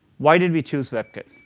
why did we choose webkit?